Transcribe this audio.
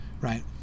right